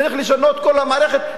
צריך לשנות את המערכת,